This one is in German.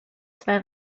zwei